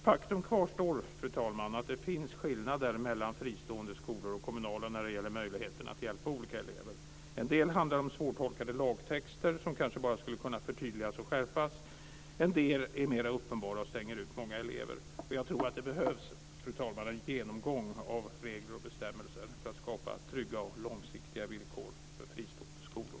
Faktum kvarstår, fru talman, att det finns skillnader mellan fristående skolor och kommunala när det gäller möjligheterna att hjälpa olika elever. En del handlar om svårtolkade lagtexter, som kanske bara skulle behöva förtydligas och skärpas, en del är mera uppenbara och stänger ut många elever. Jag tror att det behövs, fru talman, en genomgång av regler och bestämmelser för att skapa trygga och långsiktiga villkor för fristående skolor.